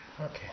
Okay